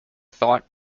thought